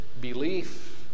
belief